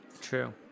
True